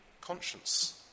conscience